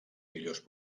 millors